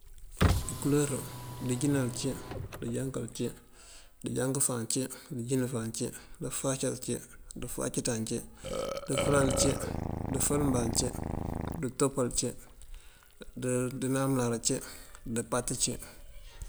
Ikuloor: dëjínal ací, dëjankal ací, dëjank fáan ací, bëjín fáan ací, bëfáacal ací, dëfáac ţáan ací, dëfëlal cí, dëfël mbáan ací, dëtopal cí, dënáam uláara ací, dëpaţ cí.